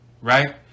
Right